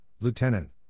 Lieutenant